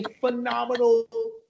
phenomenal